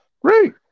Great